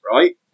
Right